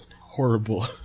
horrible